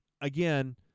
again